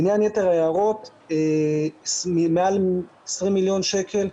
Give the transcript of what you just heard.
לעניין יתר ההערות, מעל 20 מיליון שקל,